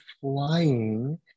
flying